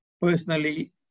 Personally